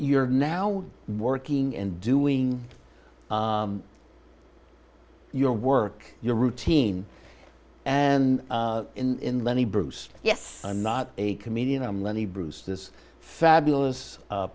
you're now working and doing your work your routine and in lenny bruce yes i'm not a comedian i'm lenny bruce this fabulous